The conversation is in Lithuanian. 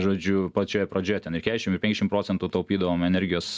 žodžiu pačioje pradžioje ten ir kiašim ir penkšim procentų taupydavom energijos